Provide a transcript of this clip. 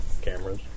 cameras